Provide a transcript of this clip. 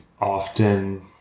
often